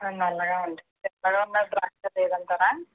అవి నల్లగా ఉంటాయి తెల్లగా ఉన్నది ద్రాక్ష లేదంటారా